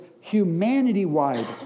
humanity-wide